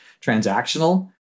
transactional